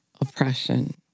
oppression